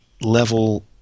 level